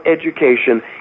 education